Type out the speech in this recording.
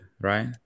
right